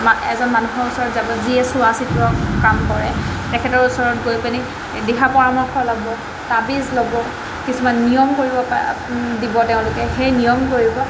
মা এজন মানুহৰ ওচৰত যাব যিয়ে চোৱা চিতা কাম কৰে তেখেতৰ ওচৰত গৈ পিনি দিহা পৰামৰ্শ ল'ব তাবিজ ল'ব কিছুমান নিয়ম কৰিব প দিব তেওঁলোকে সেই নিয়ম কৰিব